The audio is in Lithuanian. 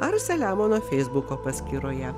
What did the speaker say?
ar saliamono feisbuko paskyroje